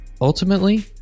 Ultimately